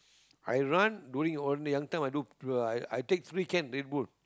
I run doing onl~ I took I take three can Redbull